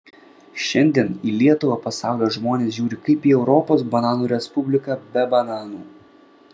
šiandien į lietuvą pasaulio žmonės žiūri kaip į europos bananų respubliką be bananų